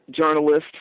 journalist